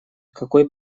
какой